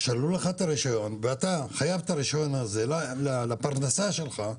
שללו לך את הרישיון ואתה חייב את הרישיון הזה לפרנסה שלך,